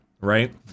right